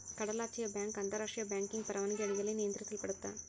ಕಡಲಾಚೆಯ ಬ್ಯಾಂಕ್ ಅಂತಾರಾಷ್ಟ್ರಿಯ ಬ್ಯಾಂಕಿಂಗ್ ಪರವಾನಗಿ ಅಡಿಯಲ್ಲಿ ನಿಯಂತ್ರಿಸಲ್ಪಡತ್ತಾ